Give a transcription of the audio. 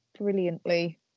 brilliantly